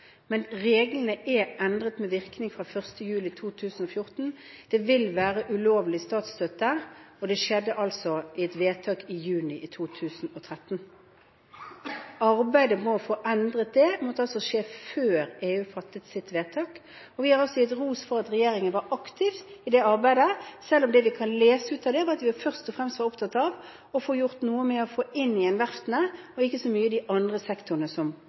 men reglene er endret med virkning fra 1. juli 2014. Det vil være ulovlig statsstøtte, og det skjedde altså i et vedtak i juni i 2013. Arbeidet med å få endret det, måtte altså skje før EU fattet sitt vedtak. Og vi er altså gitt ros for at regjeringen var aktiv i det arbeidet, selv om det vi kan lese ut av det, var at vi først og fremst var opptatt av å få gjort noe med å få inn igjen verftene og ikke så mye de andre sektorene som